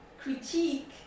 critique